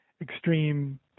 extreme